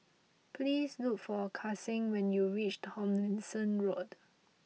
please look for Kasen when you reach Tomlinson Road